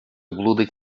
блудить